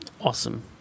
awesome